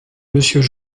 monsieur